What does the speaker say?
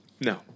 No